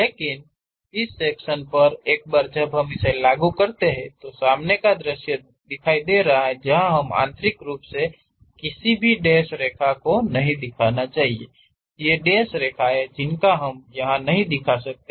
लेकिन इस सेक्शन पर एक बार जब हम इसे लागू करते हैं तो सामने का दृश्य दिखाय दे रहा हा जा हमें आंतरिक रूप से किसी भी डैश रेखा को नहीं दिखाना चाहिए ये डैश रेखाएं जिनका हम यहा नहीं दिखा शकते